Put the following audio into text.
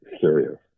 serious